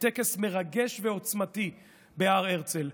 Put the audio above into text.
בטקס מרגש ועוצמתי בהר הרצל.